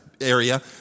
area